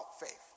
faith